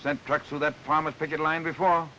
sent trucks to that promised picket line before